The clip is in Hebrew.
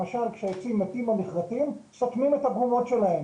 למשל כשעצים מתים או נכרתים סותמים את הגבולות שלהם,